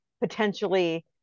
potentially